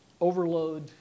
overload